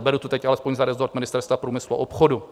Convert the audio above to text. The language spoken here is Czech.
Beru to teď alespoň za resort Ministerstva průmyslu a obchodu.